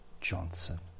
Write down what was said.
Johnson